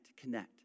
connect